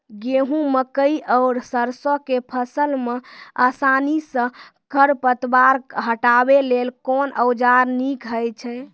गेहूँ, मकई आर सरसो के फसल मे आसानी सॅ खर पतवार हटावै लेल कून औजार नीक है छै?